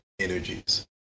energies